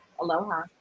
Aloha